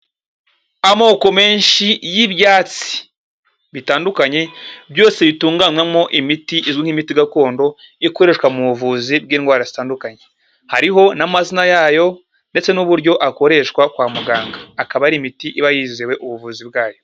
Amoko menshi y'ibyatsi bitandukanye byose bitunganywamo imiti izwi nk'imiti gakondo ikoreshwa mu buvuzi bw'indwara zitandukanye. Hariho n'amazina yayo ndetse n'uburyo akoreshwa kwa muganga. Akaba ari imiti iba yizewe ubuvuzi bwayo.